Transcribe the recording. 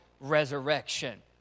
resurrection